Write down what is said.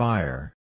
Fire